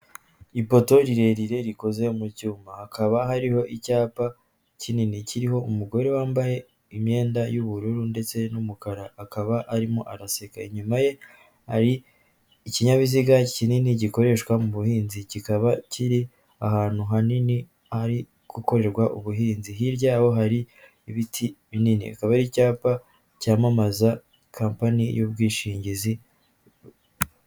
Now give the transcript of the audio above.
Ipoto rirerire rikoze mu cyuma hakaba hariho icyapa kinini kiriho umugore wambaye imyenda y'ubururu ndetse n'umukara akaba arimo araseka inyuma ye ari ikinyabiziga kinini gikoreshwa mu buhinzi kikaba kiri ahantu hanini ari gukorerwa ubuhinzi hirya aho hari ibiti binini hakaba icyapa cyamamaza compani y'ubwishingizi.